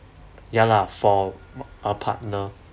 ya lah for a partner